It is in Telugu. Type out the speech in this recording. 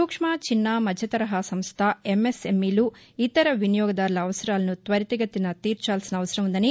సూక్ష్మ చిన్న మధ్య తరహా సంస్ల ఎమ్ఎస్ఎమ్ఈలు ఇతర వినియోగదార్ల అవసరాలను త్వరితగతిన తీర్చాల్సిన అవసరం ఉందని